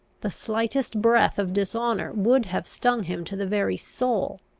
the slightest breath of dishonour would have stung him to the very soul.